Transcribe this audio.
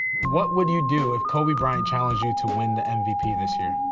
what would you do if kobe bryant challenged you to win the and mvp this year?